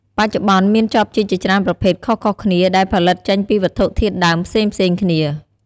បច្ចុប្បន្ន មានចបជីកជាច្រើនប្រភេទខុសៗគ្នា ដែលផលិតចេញពីវត្ថុធាតុដើមផ្សេងៗគ្នា។